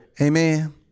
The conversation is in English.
amen